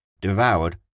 devoured